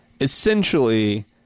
essentially